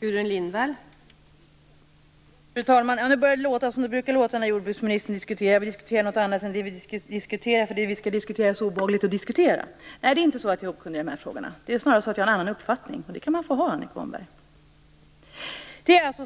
Fru talman! Nu börjar det låta som det brukar låta när jordbruksministern diskuterar. Vi diskuterar något annat än det vi diskuterar för det vi skall diskutera är så obehagligt att diskutera. Nej, det är inte så att jag är okunnig i de här frågorna. Det är snarare så att jag har en annan uppfattning, och det kan man få ha, Annika Åhnberg. Det är alltså